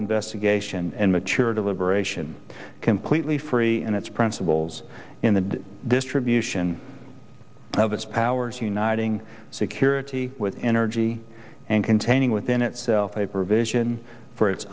investigation and mature deliberation completely free and its principles in the distribution of its powers uniting security with energy and containing within itself a provision for its